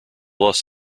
los